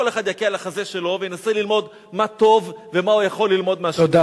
כל אחד יכה על החזה שלו וינסה ללמוד מה טוב ומה הוא יכול ללמוד מהשני.